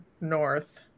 north